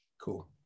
cool